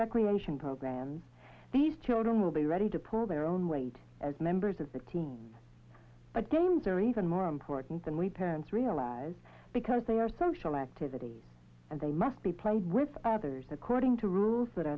recreation programs these children will be ready to pull their own weight as members of the team but games are even more important than we parents realize because they are social activities and they must be played with others according to rules that